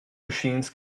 machines